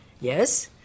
Yes